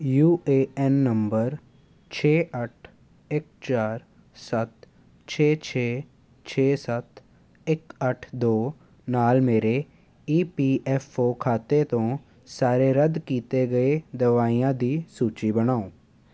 you A N number ਛੇ ਅੱਠ ਇੱਕ ਚਾਰ ਸੱਤ ਛੇ ਛੇ ਛੇ ਸੱਤ ਇੱਕ ਅੱਠ ਦੋ ਨਾਲ ਮੇਰੇ ਈ ਪੀ ਐਫ ਓ ਖਾਤੇ ਤੋਂ ਸਾਰੇ ਰੱਦ ਕੀਤੇ ਗਏ ਦਵਾਈਆਂ ਦੀ ਸੂਚੀ ਬਣਾਓ